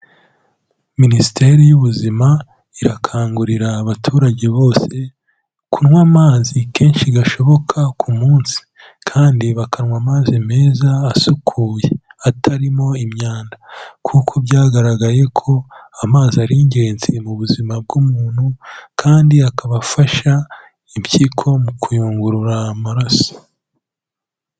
Minisiteri y'ubuzima irakangurira abaturage bose, kunywa amazi kenshi gashoboka ku munsi kandi bakanywa amazi meza asukuye atarimo imyanda, kuko byagaragaye ko amazi ari ingenzi mu buzima bw'umuntu, kandi akaba afasha impyiko mu kuyungurura amaraso.